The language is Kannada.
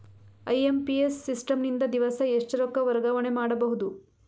ಐ.ಎಂ.ಪಿ.ಎಸ್ ಸಿಸ್ಟಮ್ ನಿಂದ ದಿವಸಾ ಎಷ್ಟ ರೊಕ್ಕ ವರ್ಗಾವಣೆ ಮಾಡಬಹುದು?